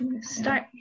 start